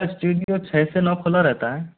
studio छः से नौ खुला रहता है